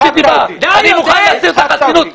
אני מוכן להסיר את החסינות.